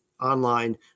online